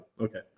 okay